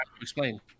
explain